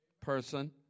person